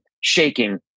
shaking